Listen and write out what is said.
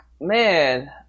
man